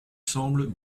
semble